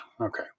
Okay